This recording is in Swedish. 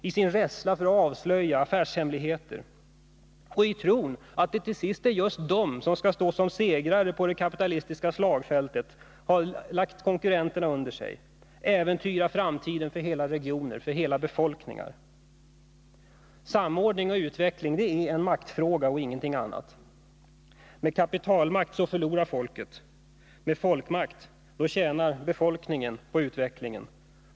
I sin rädsla för att avslöja affärshemligheter och i tron att just de till sist skall stå som segrare på det kapitalistiska slagfältet och ha lagt konkurrenterna under sig äventyrar de i stället framtiden för hela regioner. Samordning och utveckling — det är en maktfråga och ingenting annat. Med kapitalmakt förlorar folket. Med folkmakt tjänar befolkningen på utvecklingen.